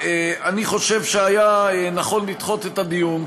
אני חושב שהיה נכון לדחות את הדיון.